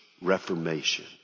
reformation